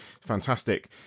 fantastic